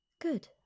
Good